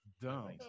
dumb